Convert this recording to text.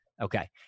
Okay